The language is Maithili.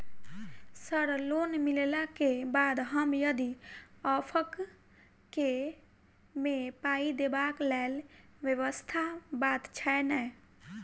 सर लोन मिलला केँ बाद हम यदि ऑफक केँ मे पाई देबाक लैल व्यवस्था बात छैय नै?